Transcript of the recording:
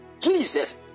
Jesus